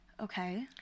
Okay